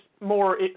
more